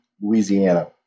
Louisiana